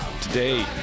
Today